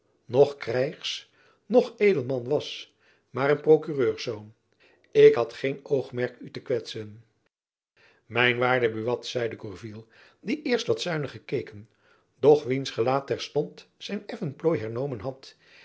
dat gourville noch krijgsnoch edelman was maar een prokureurszoon ik had geen oogmerk u te kwetsen mijn waarde buat zeide gourville die eerst wat zuinig gekeken doch wiens gelaat terstond zijn effen plooi hernomen had